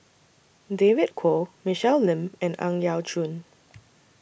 David Kwo Michelle Lim and Ang Yau Choon